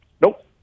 Nope